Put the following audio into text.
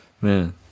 man